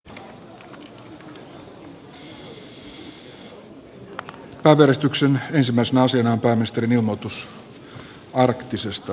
nyt annetaan pääministerin ilmoitus arktisesta strategiasta